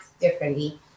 differently